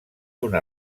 una